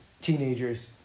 teenagers